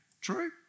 True